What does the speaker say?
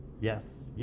Yes